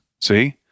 See